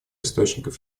источников